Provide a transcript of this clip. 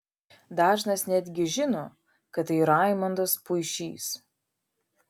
dažnas netgi žino kad tai raimondas puišys